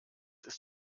ist